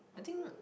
I think